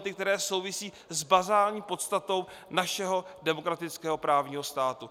Argumenty, které souvisí s bazální podstatou našeho demokratického právního státu.